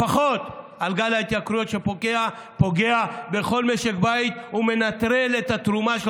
לפחות על גל ההתייקרויות שפוגע בכל משק בית ומנטרל את התרומה של